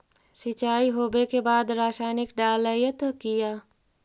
सीचाई हो बे के बाद रसायनिक डालयत किया?